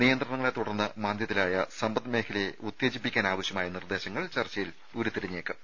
നിയന്ത്രണങ്ങളെ തുടർന്ന് മാന്ദ്യത്തിലായ സമ്പദ് മേഖലയെ ഉത്തേജിപ്പിക്കാനാവശ്യമായ നിർദേശങ്ങൾ ചർച്ചയിൽ ഉരുത്തിരിഞ്ഞേക്കും